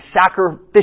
sacrificial